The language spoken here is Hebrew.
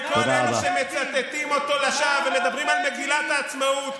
וכל אלה שמצטטים אותו לשווא ומדברים על מגילת העצמאות,